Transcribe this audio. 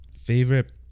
favorite